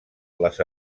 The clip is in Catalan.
les